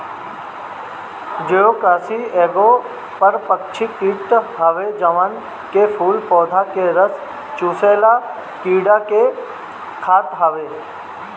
Geocoris एगो परभक्षी कीट हवे जवन की फूल पौधा के रस चुसेवाला कीड़ा के खात हवे